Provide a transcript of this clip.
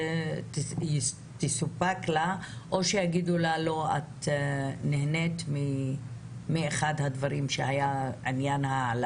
זה יינתן לה או שיגידו לה שהיא נהנית מאחד הדברים האחרים?